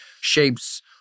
shapes